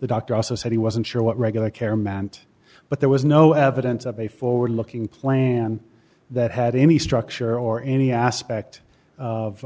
the doctor also said he wasn't sure what regular care meant but there was no evidence of a forward looking plan that had any structure or any aspect of